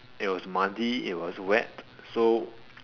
it was muddy it was wet so